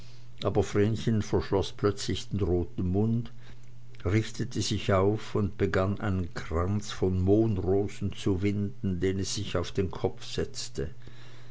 aber vrenchen verschloß plötzlich den roten mund richtete sich auf und begann einen kranz von mohnrosen zu winden den es sich auf den kopf setzte